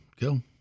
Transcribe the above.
Go